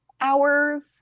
hours